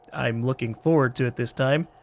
i'm looking forward to it this time.